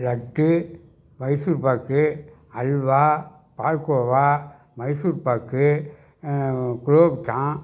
laddu Mysore pak halwa palkova Mysore pak gulab jamun